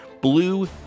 Blue